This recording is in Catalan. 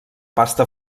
pasta